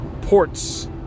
ports